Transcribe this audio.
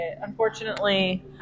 unfortunately